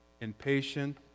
impatient